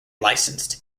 licensed